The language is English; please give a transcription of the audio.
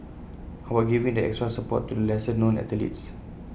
how about giving that extra support to lesser known athletes